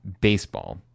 baseball